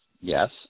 Yes